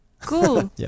Cool